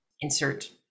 insert